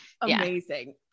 Amazing